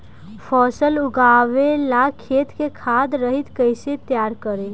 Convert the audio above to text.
फसल उगवे ला खेत के खाद रहित कैसे तैयार करी?